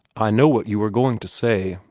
i know what you were going to say.